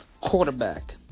quarterback